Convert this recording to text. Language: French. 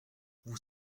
vous